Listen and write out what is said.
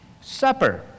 supper